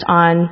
on